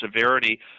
severity